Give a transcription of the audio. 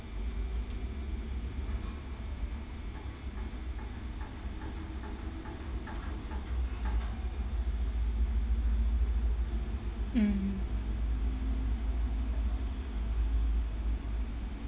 mm